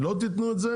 לא תתנו את זה?